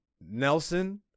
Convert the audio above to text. Nelson